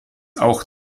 auch